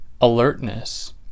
alertness